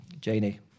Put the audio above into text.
Janie